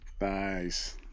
nice